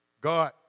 God